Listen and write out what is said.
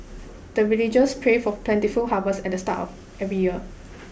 the villagers pray for plentiful harvest at the start of every year